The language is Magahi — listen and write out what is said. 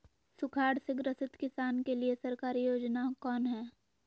सुखाड़ से ग्रसित किसान के लिए सरकारी योजना कौन हय?